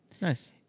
Nice